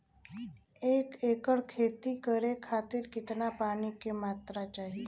एक एकड़ खेती करे खातिर कितना पानी के मात्रा चाही?